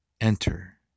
Enter